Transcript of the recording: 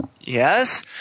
Yes